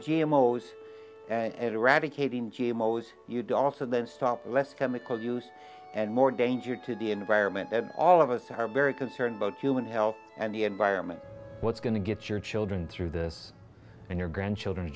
g m o's and eradicating g m o as you'd also then stop less chemical use and more danger to the environment and all of us are very concerned about human health and the environment what's going to get your children through this and your grandchildren